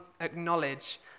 acknowledge